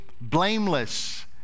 blameless